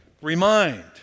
Remind